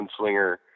gunslinger